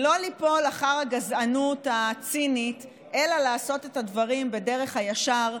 לא ליפול אחר הגזענות הצינית אלא לעשות את הדברים בדרך הישר,